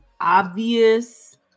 obvious